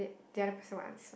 the other person will answer